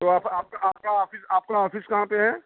तो आप आपका आपका आफिस आपका ऑफ़िस कहाँ पर है